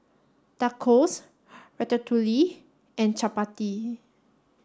Tacos Ratatouille and Chapati